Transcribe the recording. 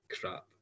crap